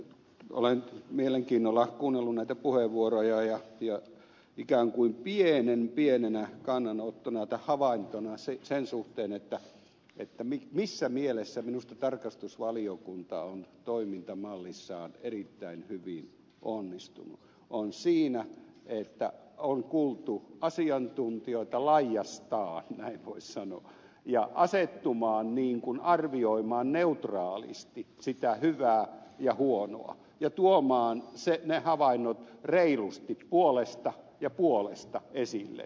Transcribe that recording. olen mielenkiinnolla kuunnellut näitä puheenvuoroja ja ikään kuin pienen pienenä kannanottona tai havaintona sen suhteen missä mielessä minusta tarkastusvaliokunta on toimintamallissaan erittäin hyvin onnistunut totean että on kuultu asiantuntijoita laiastaan näin voisi sanoa ja kyetty asettumaan arvioimaan neutraalisti sitä hyvää ja huonoa ja tuomaan ne havainnot reilusti puolesta ja puolesta esille